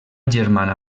germana